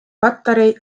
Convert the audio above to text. patarei